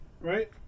right